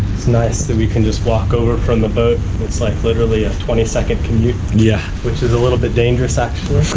it's nice that we can just walk over from the boat. it's like literally a twenty second commute. yeah, which is a little bit dangerous actually.